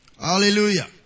Hallelujah